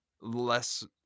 Less